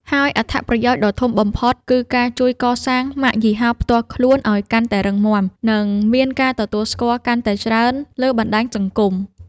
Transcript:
ហើយអត្ថប្រយោជន៍ដ៏ធំបំផុត គឺការជួយកសាងម៉ាកយីហោផ្ទាល់ខ្លួនឱ្យកាន់តែរឹងមាំ និងមានការទទួលស្គាល់កាន់តែច្រើនលើបណ្ដាញសង្គម។